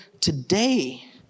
today